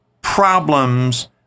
problems